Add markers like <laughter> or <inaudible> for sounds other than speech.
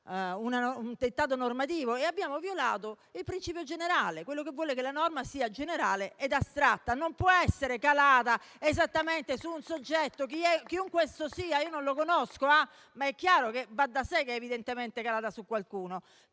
un dettato normativo e abbiamo violato il principio che vuole che la norma sia generale ed astratta <applause> e non può essere calata esattamente su un soggetto, chiunque esso sia. Non so chi sia, ma è chiaro e va da sé che è evidentemente calata su qualcuno.